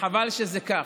וחבל שזה כך.